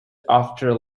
after